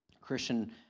Christian